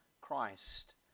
Christ